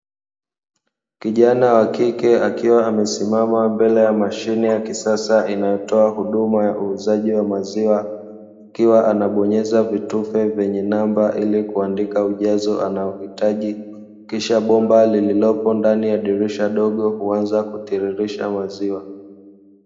Kijana wa kike akiwa amesimama mbele ya mashine ya kisasa inayotoa huduma ya uuzaji wa maziwa, akiwa anabonyeza vitufe vyenye namba ili kuandika ujazo unaohitaji, kisha bomba lililokatika dirisha dogo huanza kutiririsha maziwa.